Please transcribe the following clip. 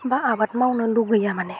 होमबा आबाद मावनो लुगैया माने